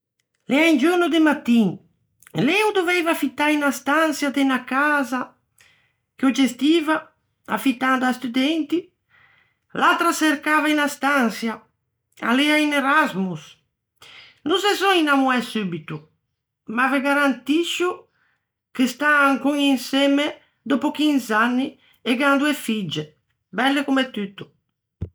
L'ea un giorno de mattin, lê o doveiva affittâ unna stançia de unna casa che o gestiva, affittando à studenti, l'atra a çercava unna stançia, a l'ea in Erasmus. No se son innamoæ subito, ma ve garantiscio che stan ancon insemme dòppo 15 anni e gh'an doe figge, belle comme tutto.